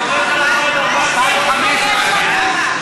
וחבר הכנסת אלי כהן העלה את ההצעה הזאת, אני,